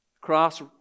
cross